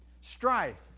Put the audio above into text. strife